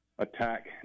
attack